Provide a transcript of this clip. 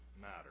matter